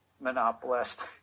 monopolist